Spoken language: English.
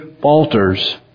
falters